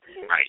Right